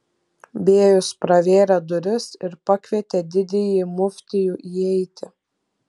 bėjus pravėrė duris ir pakvietė didįjį muftijų įeiti